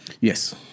Yes